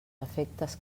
efectes